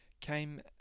came